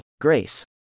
Grace